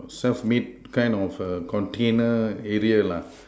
self made kind of err container area lah